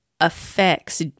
affects